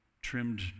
trimmed